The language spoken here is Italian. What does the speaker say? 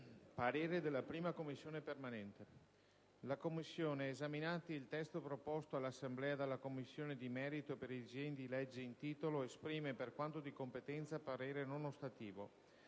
«La 1a Commissione permanente, esaminato il testo proposto all'Assemblea dalla Commissione di merito per i disegni di legge in titolo, esprime, per quanto di competenza, parere non ostativo.